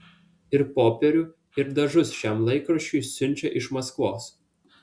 ir popierių ir dažus šiam laikraščiui siunčia iš maskvos